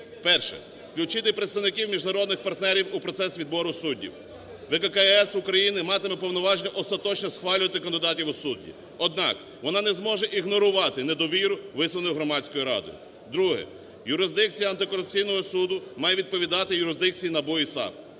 Перше. Включити представників міжнародних партнерів у процес відбору суддів. ВККС України матиме повноваження остаточно схвалювати кандидатів у судді. Однак, вона не зможе ігнорувати недовіру, висловлену громадською радою. Друге. Юрисдикція Антикорупційного суду має відповідати юрисдикції НАБУ і САП.